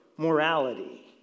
Morality